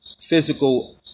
physical